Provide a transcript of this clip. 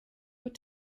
what